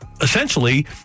essentially